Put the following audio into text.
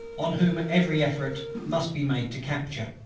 on whom every effort must be made to capture.